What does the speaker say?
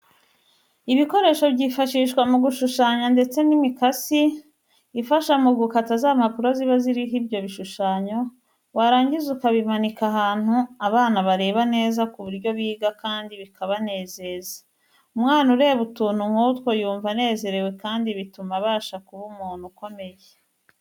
Ibikoresho byifashishwa mu gushushanya ndetse n'imikasi ifasha mu gutaka za mpapuro ziba ziriho ibyo bishushanyo warangiza ukabimanika ahantu abana bareba neza ku buryo biga kandi bikabanezeza. Umwana ureba utuntu nk'utwo yumva anezerewe kandi bituma abasha kuba umuntu ukomeye.